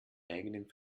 eigenen